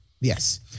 Yes